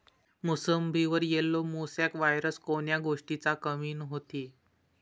मोसंबीवर yellow mosaic virus कोन्या गोष्टीच्या कमीनं होते?